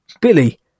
Billy